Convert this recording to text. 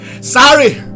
Sorry